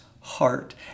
heart